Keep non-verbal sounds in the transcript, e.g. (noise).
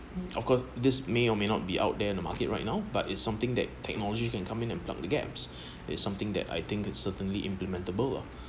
of course this may or may not be out there in the market right now but it's something that technology can come in and plug the gaps (breath) is something that I think it's certainly implementable ah